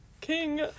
King